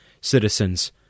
citizens